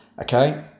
Okay